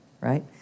right